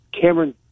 Cameron